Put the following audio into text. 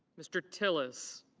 mr. tillis.